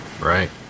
Right